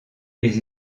les